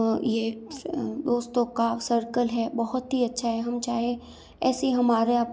ये दोस्तों का सर्कल है बहुत ही अच्छा है हम चाहे ऐसी हमारे यहाँ